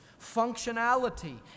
functionality